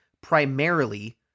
primarily